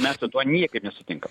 mes su tuo niekaip nesutinkam